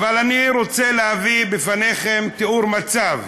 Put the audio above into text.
אבל אני רוצה להביא בפניכם תיאור מצב.